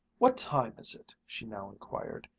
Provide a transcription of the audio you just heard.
what time is it? she now inquired,